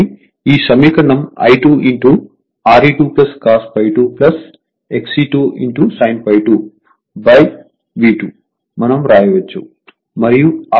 కాబట్టి ఈ సమీకరణం I2 Re2 cos ∅2 XE2 sin ∅2 V2 మనం వ్రాయవచ్చు మరియు ఆ V2 I2 ZB 2